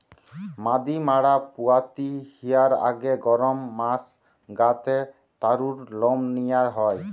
মাদি ম্যাড়া পুয়াতি হিয়ার আগে গরম মাস গা তে তারুর লম নিয়া হয়